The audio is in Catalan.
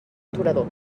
aturador